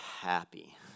happy